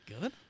good